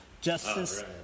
Justice